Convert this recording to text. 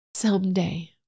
Someday